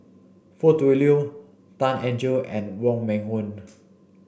Foo Tui Liew Tan Eng Joo and Wong Meng Voon